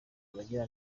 abagira